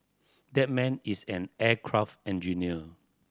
that man is an aircraft engineer